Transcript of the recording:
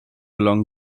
along